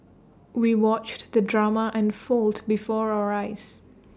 we watched the drama unfold before our eyes